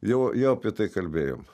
jau jau apie tai kalbėjom